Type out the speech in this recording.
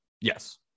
Yes